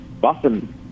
Boston